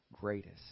greatest